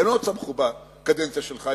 הן לא צמחו בקדנציה שלך,